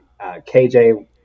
KJ